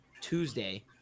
Tuesday